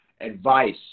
advice